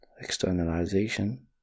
externalization